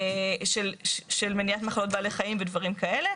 של מניעת מחלות בעלי חיים ודברים כאלה,